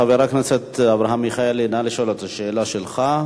חבר הכנסת אברהם מיכאלי, נא לשאול את השאלה שלך.